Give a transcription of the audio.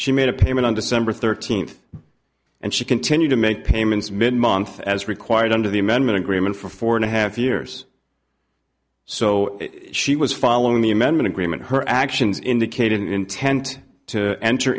she made a payment on december thirteenth and she continued to make payments mid month as required under the amendment agreement for four and a half years so she was following the amendment agreement her actions indicated an intent to enter